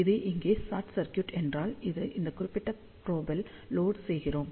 இது இங்கே short circuit என்றால் இது இந்த குறிப்பிட்ட ப்ரொப் ல் லோட் செய்கிறோம்